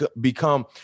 become